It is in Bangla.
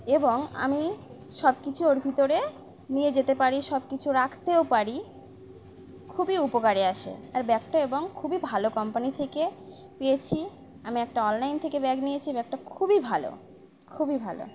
এবং আমি সব কিছু ওর ভিতরে নিয়ে যেতে পারি সব কিছু রাখতেও পারি খুবই উপকারে আসে আর ব্যাগটা এবং খুবই ভালো কোম্পানি থেকে পেয়েছি আমি একটা অনলাইন থেকে ব্যাগ নিয়েছি ব্যাগটা খুবই ভালো খুবই ভালো